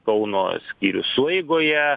kauno skyrių sueigoje